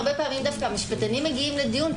הרבה פעמים דווקא המשפטנים מגיעים לדיון.